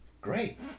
Great